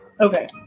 Okay